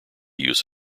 use